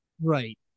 Right